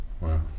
Wow